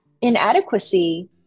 inadequacy